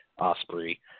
Osprey